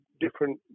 different